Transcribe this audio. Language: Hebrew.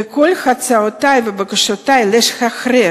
וכל הצעותי ובקשותי לשחרר